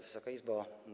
Wysoka Izbo!